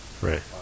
Right